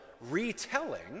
retelling